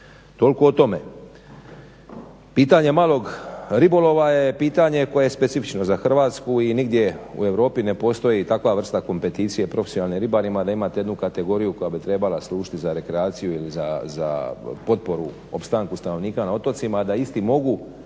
toliko o tome. Pitanje malog ribolova je pitanje koje je specifično za Hrvatsku i nigdje u Europi ne postoji takva vrsta kompeticije, profesionalnim ribarima da imate jednu kategoriju koja bi trebala služiti za rekreaciju ili za potporu opstanku stanovnika na otocima, a da isti mogu